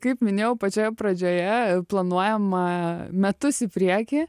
kaip minėjau pačioje pradžioje planuojama metus į priekį